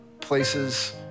places